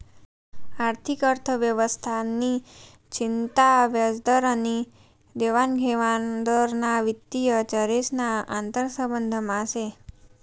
आर्थिक अर्थव्यवस्था नि चिंता व्याजदर आनी देवानघेवान दर ना वित्तीय चरेस ना आंतरसंबंधमा से